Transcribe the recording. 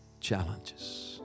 challenges